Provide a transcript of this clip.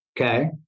Okay